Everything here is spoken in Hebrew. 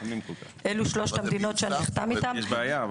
אלו שלושת המדינות איתן נחתם הסכם.